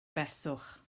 beswch